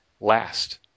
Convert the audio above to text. last